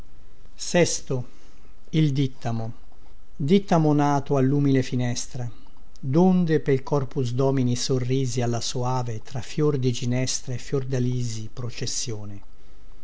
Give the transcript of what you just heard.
lavemaria dittamo nato allumile finestra donde pel corpusdomini sorrisi alla soave tra fior di ginestra e fiordalisi processïone